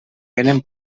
vénen